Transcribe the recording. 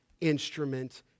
instrument